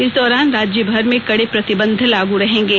इस दौरान राज्य भर में कड़े प्रतिबन्ध लागू रहेंगे